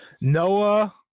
Noah